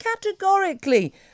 categorically